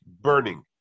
burning